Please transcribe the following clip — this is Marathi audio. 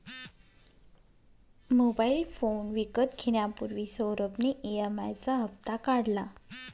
मोबाइल फोन विकत घेण्यापूर्वी सौरभ ने ई.एम.आई चा हप्ता काढला